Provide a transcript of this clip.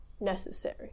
necessary